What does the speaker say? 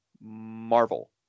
Marvel